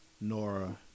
Nora